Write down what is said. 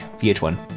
VH1